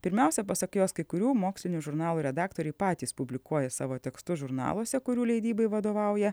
pirmiausia pasak jos kai kurių mokslinių žurnalų redaktoriai patys publikuoja savo tekstus žurnaluose kurių leidybai vadovauja